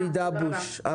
תודה רבה, שרון.